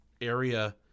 area